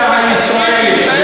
הפוליטיקה הישראלית.